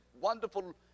wonderful